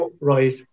right